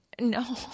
No